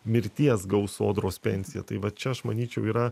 mirties gaus sodros pensiją tai va čia aš manyčiau yra